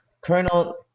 colonel